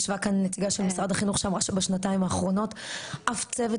ישבה כאן נציגה של משרד החינוך שאמרה שבשנתיים האחרונות אף צוות